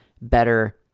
better